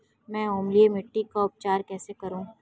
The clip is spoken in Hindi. मैं अम्लीय मिट्टी का उपचार कैसे करूं?